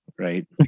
Right